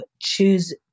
choose